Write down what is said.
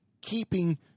keeping